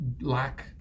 lack